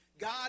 God